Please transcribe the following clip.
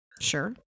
Sure